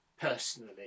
personally